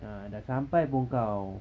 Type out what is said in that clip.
ah dah sampai pun kau